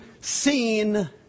seen